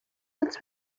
since